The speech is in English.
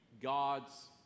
God's